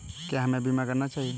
क्या हमें बीमा करना चाहिए?